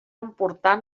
emportar